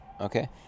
Okay